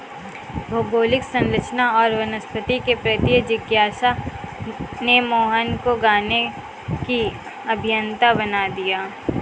भौगोलिक संरचना और वनस्पति के प्रति जिज्ञासा ने मोहन को गाने की अभियंता बना दिया